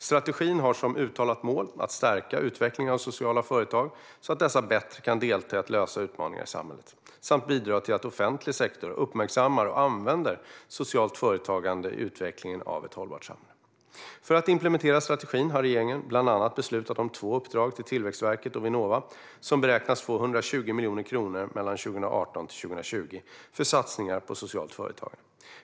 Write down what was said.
Strategin har som uttalat mål att stärka utvecklingen av sociala företag så att dessa bättre kan delta i att lösa utmaningar i samhället samt bidra till att offentlig sektor uppmärksammar och använder socialt företagande i utvecklingen av ett hållbart samhälle. För att implementera strategin har regeringen bland annat beslutat om två uppdrag till Tillväxtverket och Vinnova, som beräknas få 120 miljoner kronor mellan 2018 och 2020 för satsningar på socialt företagande.